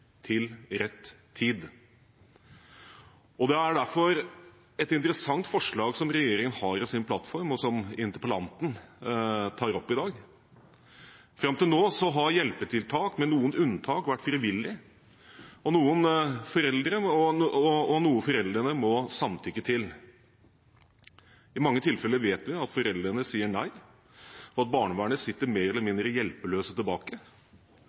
til rett tid. Det er derfor et interessant forslag som regjeringen har i sin plattform, og som interpellanten tar opp i dag. Fram til nå har hjelpetiltak med noen unntak vært frivillige og noe foreldrene må samtykke til. I mange tilfeller vet vi at foreldrene sier nei, og at barnevernet sitter mer eller mindre hjelpeløse tilbake,